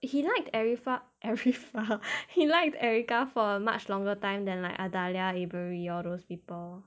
he liked erica erica he liked erica for a much longer time than like adela avery all those people